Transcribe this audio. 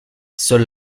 seule